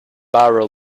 barrel